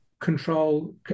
control